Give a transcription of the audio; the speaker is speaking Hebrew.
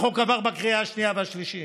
החוק עבר בקריאה השנייה והשלישית,